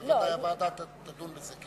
בוודאי הוועדה תדון בזה.